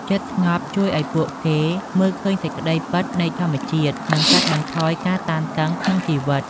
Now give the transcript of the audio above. ចិត្តស្ងប់ជួយឱ្យពួកគេមើលឃើញសេចក្តីពិតនៃធម្មជាតិ និងកាត់បន្ថយការតានតឹងក្នុងជីវិត។